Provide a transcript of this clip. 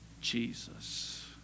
Jesus